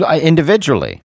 Individually